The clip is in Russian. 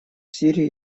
сирии